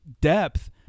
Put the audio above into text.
depth